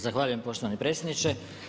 Zahvaljujem poštovani predsjedniče.